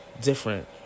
different